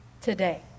today